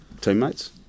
teammates